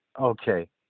Okay